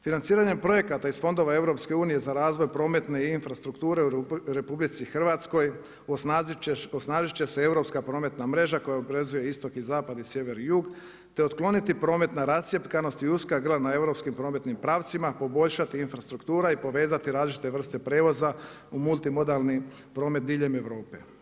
Financiranjem projekata iz fondova EU-a za razvoj prometne infrastrukture u RH osnažit će se europska prometna mreža koja povezuje istok i zapad i sjever i jug te otklonit prometna rascjepkanost i uska grla na europskim prometnim pravcima, poboljšati infrastruktura i povezati različite vrste prijevoza u multimodalni promet diljem Europe.